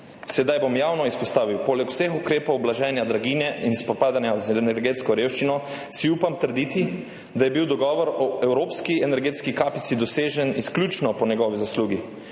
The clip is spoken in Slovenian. Sedaj bom javno izpostavil, poleg vseh ukrepov za blaženje draginje in spopadanje z energetsko revščino si upam trditi, da je bil dogovor o evropski energetski kapici dosežen izključno po njegovi zaslugi.